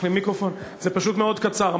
זה פשוט מאוד קצר.